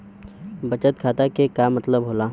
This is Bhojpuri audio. बचत खाता के का मतलब होला?